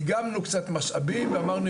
איגמנו קצת משאבים ואמרנו,